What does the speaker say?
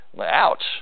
Ouch